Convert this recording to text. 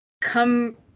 come